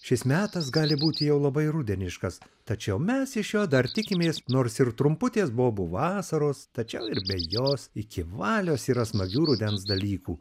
šis metas gali būti jau labai rudeniškas tačiau mes iš jo dar tikimės nors ir trumputės bobų vasaros tačiau ir be jos iki valios yra smagių rudens dalykų